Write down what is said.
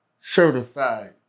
certified